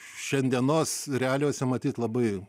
šiandienos realijose matyt labai